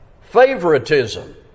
favoritism